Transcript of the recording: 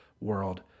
world